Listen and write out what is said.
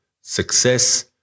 Success